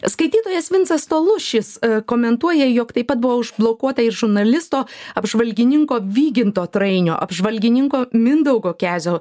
skaitytojas vincas tolušis komentuoja jog taip pat buvo užblokuota ir žurnalisto apžvalgininko vyginto traeinio apžvalgininko mindaugo kezio